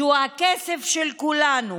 שהוא הכסף של כולנו,